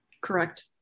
Correct